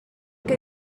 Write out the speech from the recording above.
que